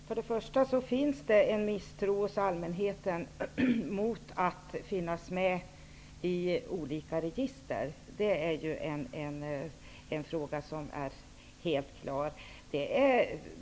Herr talman! Att det finns en misstro hos allmänheten mot att finnas med i olika register, den saken är ju helt klar.